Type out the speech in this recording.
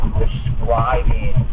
describing